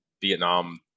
Vietnam